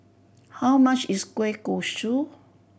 how much is kueh kosui